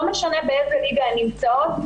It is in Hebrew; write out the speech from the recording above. לא משנה באיזו ליגה הן נמצאות,